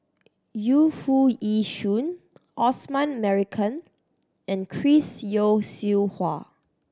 Yu Foo Yee Shoon Osman Merican and Chris Yeo Siew Hua